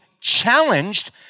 challenged